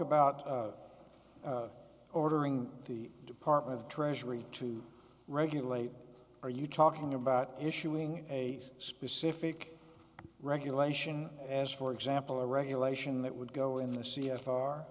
about ordering the department of treasury to regulate are you talking about issuing a specific regulation as for example a regulation that would go in the c f r